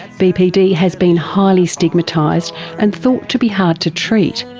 bpd has been highly stigmatised and thought to be hard to treat,